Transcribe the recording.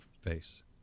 face